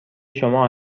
شما